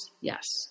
yes